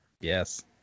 Yes